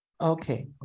Okay